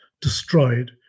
destroyed